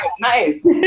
Nice